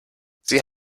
sie